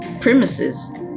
premises